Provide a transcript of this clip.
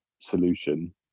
solution